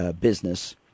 business